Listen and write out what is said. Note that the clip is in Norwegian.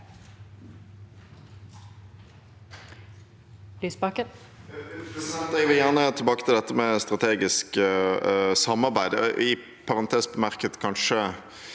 Lysbakken